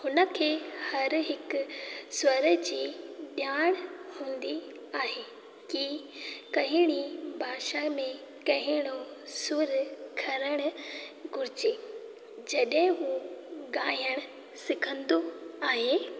हुन खे हरु हिकु स्वर जी ॼाण हूंदी आहे की कहिड़ी भाषा में कहिड़ो सुरु खणणु घुरिजे जॾहिं हू ॻाइण सिखंदो आहे